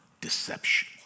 deception